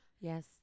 yes